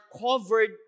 covered